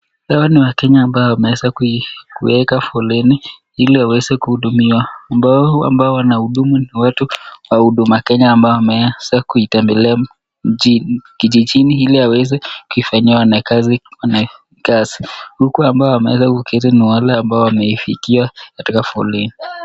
Hawa ni wakenya ambao wameweza kuweka foleni ili waweze kuhudumiwa, ambao wanahudumu ni watu wa huduma kenya ambao wameweza kuitembelea kijijini ili kufanyia wananchi kazi, huku ambao wameketi ni wale ambao wamefikiwa katika foleni.